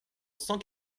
cent